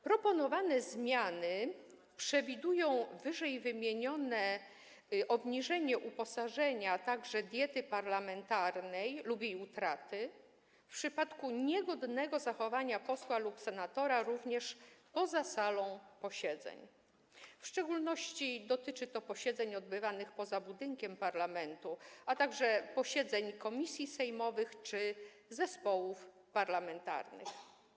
Proponowane zmiany przewidują wyżej wymienione obniżenie uposażenia, a także diety parlamentarnej lub jej utratę w przypadku niegodnego zachowania posła lub senatora również poza salą posiedzeń, w szczególności dotyczy to posiedzeń odbywanych poza budynkiem parlamentu, a także posiedzeń komisji sejmowych czy zespołów parlamentarnych.